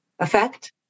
Effect